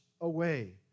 away